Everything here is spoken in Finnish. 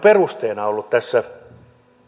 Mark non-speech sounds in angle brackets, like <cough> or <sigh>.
<unintelligible> perusteena ollut tässä